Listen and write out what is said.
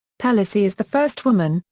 pelosi is the first woman,